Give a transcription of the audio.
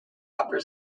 upper